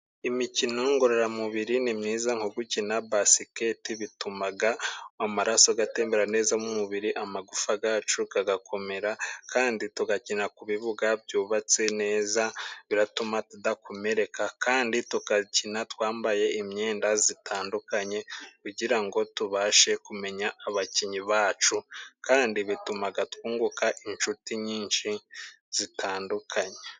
Imikino ngororamubiri nimyiza, nko gukina basikete, bituma amaraso atembera neza mu mubiri, amagufa yacu agakomera kandi tugakina ku bibuga byubatse neza, biratuma tudakomereka kandi tugakina twambaye imyenda itandukanye, kugirango tubashe kumenya abakinnyi bacu kandi bituma twunguka, inshuti nyinshi zitandukanye.